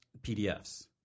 PDFs